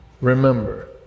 Remember